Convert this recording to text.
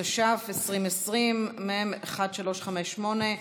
התש"ף 2020, מ/1358,